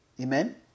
Amen